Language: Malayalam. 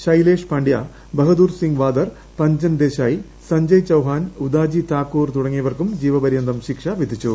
ഷൈലേഷ് പാണ്ഡൃ ബഹദൂർ സിംഗ് വാദർ പഞ്ചൻ ദേശായ് സഞ്ജയ് ചൌഹാൻ ഉദാജി താക്കൂർ തുടങ്ങിയവർക്കും ജീവപര്യന്തം ശിക്ഷ വിധിച്ചു